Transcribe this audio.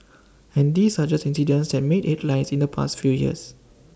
and these are just incidents that made headlines in the past few years